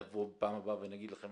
נבוא בפעם הבאה ונגיד לכם,